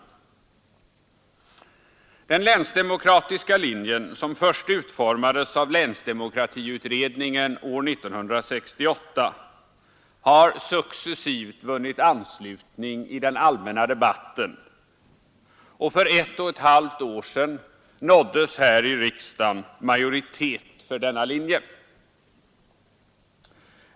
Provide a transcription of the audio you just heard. utredningen år 1968, har successivt vunnit anslutning i den allmänna debatten, och för ett och ett halvt år sedan nåddes i riksdagen majoritet för denna linje.